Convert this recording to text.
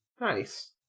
Nice